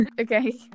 Okay